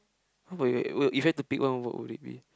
how about you wait if have to pick one what would it be